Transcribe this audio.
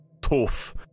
tough